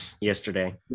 Yesterday